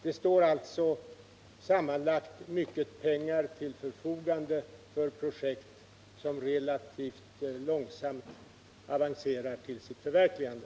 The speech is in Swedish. Det finns alltså sammanlagt mycket pengar till förfogande för produktion som relativt långsamt avancerar till sitt förverkligande.